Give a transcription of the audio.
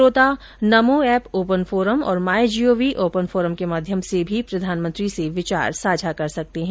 श्रोता Namo app open forum और my G O V open forum के माध्यम से भी प्रधानमंत्री से विचार साझा कर सकते हैं